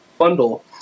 bundle